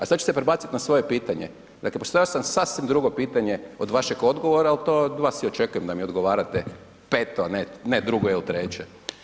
A sada ću se prebaciti na svoje pitanje, dakle postavio sam sasvim drugo pitanje od vašeg odgovora, ali to od vas i očekujem da mi odgovarate pet, a ne drugo ili treće.